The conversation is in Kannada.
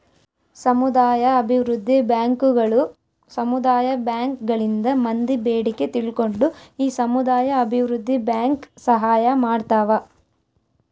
ಸಮುದಾಯ ಅಭಿವೃದ್ಧಿ ಬ್ಯಾಂಕುಗಳು ಸಮುದಾಯ ಬ್ಯಾಂಕ್ ಗಳಿಂದ ಮಂದಿ ಬೇಡಿಕೆ ತಿಳ್ಕೊಂಡು ಈ ಸಮುದಾಯ ಅಭಿವೃದ್ಧಿ ಬ್ಯಾಂಕ್ ಸಹಾಯ ಮಾಡ್ತಾವ